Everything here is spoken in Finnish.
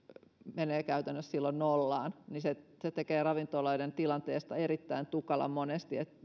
menee käytännössä silloin nollaan niin se se tekee ravintoloiden tilanteesta erittäin tukalan monesti